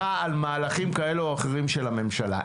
לבקרה על מהלכים כאלה או אחרים של הממשלה.